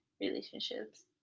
relationships